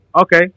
okay